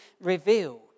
revealed